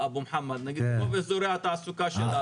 באזורי התעסוקה.